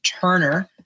Turner